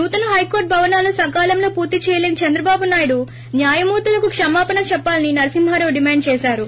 నూతన హైకోర్టు భవనాలను సకాలంలో పూర్తి చేయలేని చంద్రబాబు నాయుడు న్యాయమూర్తులకు క్షమాపణ చెప్పాలని నరసింహరావు డిమాండ్ చేశారు